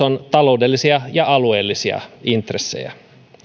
on taloudellisia ja alueellisia intressejä